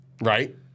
right